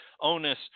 onus